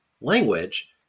language